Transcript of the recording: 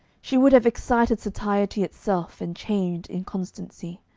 she would have excited satiety itself, and chained inconstancy.